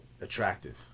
attractive